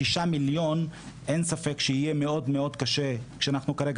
בשישה מיליון אין ספק שיהיה מאוד מאוד קשה כשאנחנו כרגע